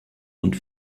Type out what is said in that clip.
und